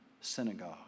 synagogue